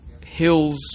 hills